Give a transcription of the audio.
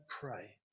pray